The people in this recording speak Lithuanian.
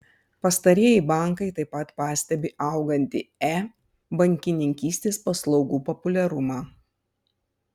pastarieji bankai taip pat pastebi augantį e bankininkystės paslaugų populiarumą